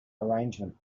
arrangement